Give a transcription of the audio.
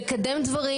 לקדם דברים,